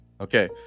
okay